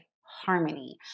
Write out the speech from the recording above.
harmony